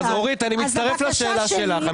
אורית, אני מצטרף לשאלה שלך.